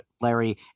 Larry